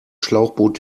schlauchboot